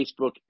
Facebook